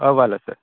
हय वाल आसा